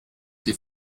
die